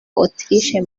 autriche